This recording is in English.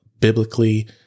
biblically